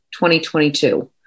2022